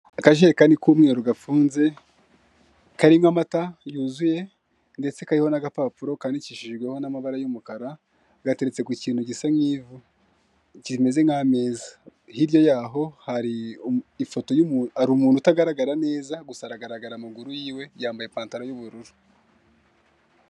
Akajerekani k'umweru gafunze, karimo amata yuzuye ndetse kariho n'agapapuro kandikishijweho n'amabara y'umukara, gateretse ku kintu gisa nk'ivu, kimeze nk'imeza. Hirya yaho hari ifoto, hari umuntu utagaragara neza, gusa aragaragara amaguru yiwe; yambaye ipantaro y'ubururu.